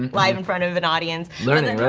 um live in front of an audience. learning, yeah